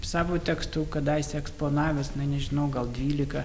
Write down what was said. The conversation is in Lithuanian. savo tekstų kadaise eksponavęs na nežinau gal dvylika